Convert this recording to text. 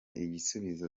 igisubizo